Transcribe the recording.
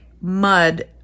mud